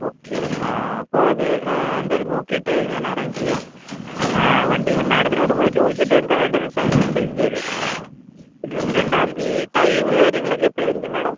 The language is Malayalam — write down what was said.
ഓക്കെ അപ്പോൾ അത് എന്തായാലും നോക്കിയിട്ട് ഞാൻ അറേഞ്ച് ചെയ്യാം വണ്ടി ഞാൻ മാഡത്തിനോടും കൂടെ ചോദിച്ചിട്ട് എന്താണ് വേണ്ടതെന്നു വെച്ചാൽ അതിനനുസരിച്ചു ഞാൻ ചെയ്തുതരാം ഇരുപത്തി രണ്ടാം തീയതി ടൈം കാര്യങ്ങളൊക്കെ എപ്പോഴായിരിക്കും മാഡം